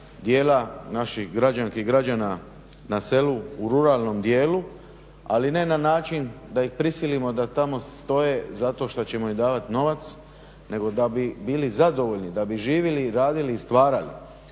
dijela naših građanki i građana na selu u ruralnom dijelu, ali ne na način da ih prisilimo da tamo stoje zato što ćemo im davati novac, nego da bi bili zadovoljni, da bi živjeli i radili i stvarali.